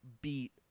beat